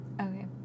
Okay